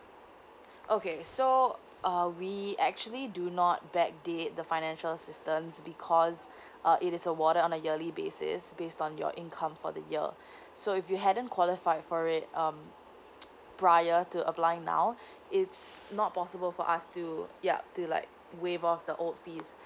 okay so uh we actually do not back date the financial assistance because uh it is awarded on a yearly basis based on your income for the year so if you hadn't qualify for it um prior to apply now it's not possible for us to yeah to like waive off the old fees